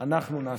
נא